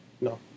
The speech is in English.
No